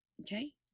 okay